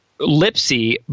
Lipsy